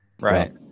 Right